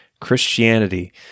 Christianity